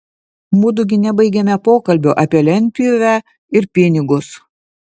mudu gi nebaigėme pokalbio apie lentpjūvę ir pinigus